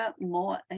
more